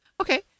Okay